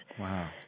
Wow